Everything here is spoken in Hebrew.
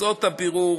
תוצאות הבירור,